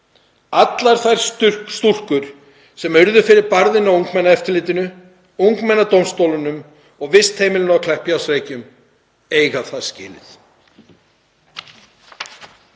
Allar þær stúlkur sem urðu fyrir barðinu á ungmennaeftirlitinu, ungmennadómstólunum og vistheimilinu að Kleppjárnsreykjum eiga það skilið.